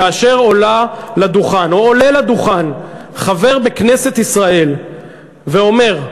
כאשר עולה לדוכן או עולה לדוכן חבר בכנסת ישראל ואומר: